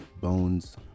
Bones